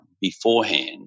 beforehand